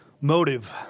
Motive